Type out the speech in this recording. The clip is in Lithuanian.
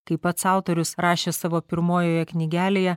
kai pats autorius rašė savo pirmojoje knygelėje